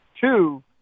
Two